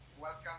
Welcome